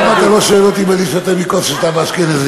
למה אתה לא שואל אותי אם אני שותה מכוס ששתה ממנה אשכנזי?